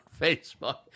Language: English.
Facebook